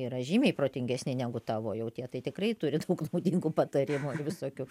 yra žymiai protingesni negu tavo jau tie tai tikrai turi daug naudingų patarimų ir visokių